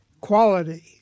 quality